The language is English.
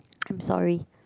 I'm sorry